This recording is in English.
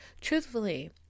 truthfully